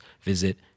visit